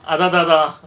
அதா ததா:atha thathaa